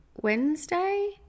Wednesday